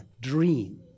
dream